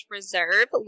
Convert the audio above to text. Reserve